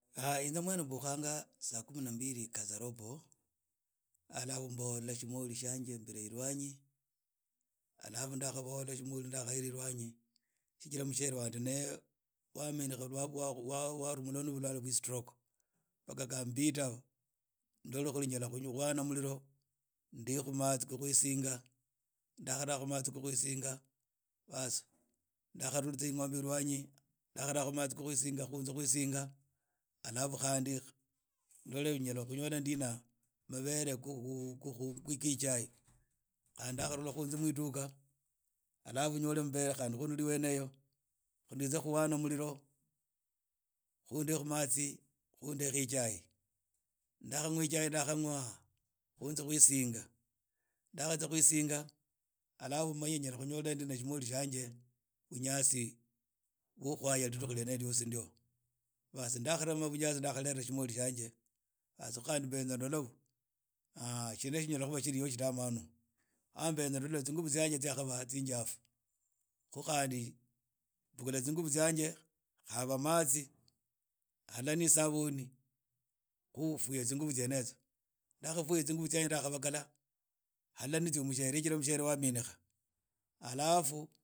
Inze mwene mbukha saa kumi na mbiri kasorobo mbohola shimoli shyanje mbilairwanyi alafu ndakhabohola shimori shyanje mbila irwanyi shijira mshiere wan di naye wamenya, warumulwa no bulwale bwa stroke baga khabida ndole khuli nyalakhubwana muliro ndekhu matsi kho khwisinga, nda kahrakhu matsi kho khiwisinga baas nda kharwitsa eng’ombe erwanyi nda kharakhu matsi kha khiwisinga nditsa khiwitsinga kahndi ndole khu khuli nyala khuyola ndina mabere khukhu khukhu ge ichai khandi nda kharula nzie mwidukha. khandi ndule wene eyo nzize khuwana muliro khu ndekhu matsi, ndekhe ichai, khu mwe ichai ndakha mwa ichai nda kha mwa ichai khu nzie kwisinga nda khatsia kwisinga alafu mala nzia khunyola shimori tsyange bunyasi bwo khwaya ridukhu ryene yiryo ryosi ndio baas ndakharema bunyasi nda kha lerha shimori shyange haas khandi khu mbenza ndola shina shinyalaa khuba hoo shiri shidamanu aah mbenza ndola tsingubu tsange tsiri tsinjafu khu khandi mbukhula tsingubu tsange khaba matsi haala ne isabuni khu fuya tsinguvu tsene itso ndakhafuya tsingubu tsene hana ne tso mushiere waminikha